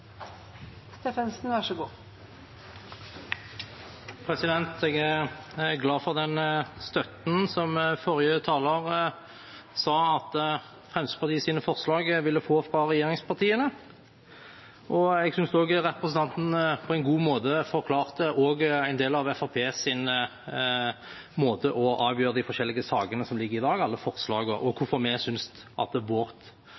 Jeg er glad for den støtten forrige taler sa at Fremskrittspartiets forslag ville få fra regjeringspartiene. Jeg synes også representanten på en god måte forklarte en del av Fremskrittspartiets måte å avgjøre de forskjellige sakene som ligger her i dag, på, alle forslagene, og